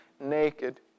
naked